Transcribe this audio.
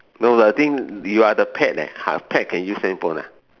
no but the thing you are the pet leh !huh! pet can use handphone ah